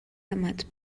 armats